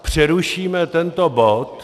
Přerušíme tento bod.